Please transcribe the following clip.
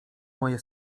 moje